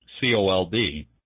C-O-L-D